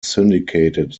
syndicated